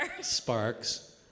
sparks